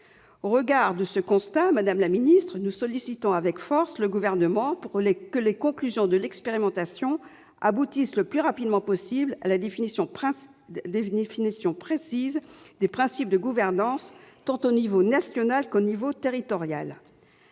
Au regard de ce constat, nous sollicitons avec force le Gouvernement pour que les conclusions de l'expérimentation aboutissent le plus rapidement possible à la définition précise des principes de gouvernance à l'échelon tant national que territorial.